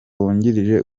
wungirije